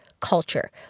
culture